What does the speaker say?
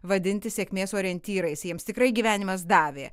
vadinti sėkmės orientyrais jiems tikrai gyvenimas davė